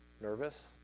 nervous